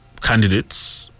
candidates